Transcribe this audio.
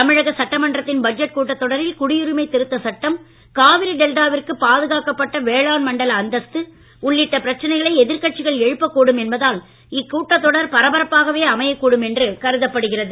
தமிழக சட்டமன்றத்தின் பட்ஜெட் கூட்டத் தொடரில் குடியுரிமை திருத்தச் சட்டம் காவிரி டெல்டாவிற்கு பாதுக்காக்கப்பட்ட வேளாண் மண்டல அந்தஸ்து உள்ளிட்ட பிரச்சனைகளை எதிர்கட்சிகள் எழுப்பக்கூடும் என்பதால் இக்கூட்டத் தொடர் பரபரப்பாகவே அமையக்கூடும் என்றும் கருதப் படுகிறது